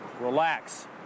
relax